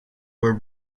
were